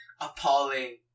appalling